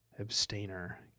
Abstainer